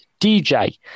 DJ